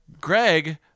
Greg